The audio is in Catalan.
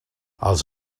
els